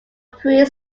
pre